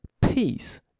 peace